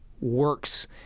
works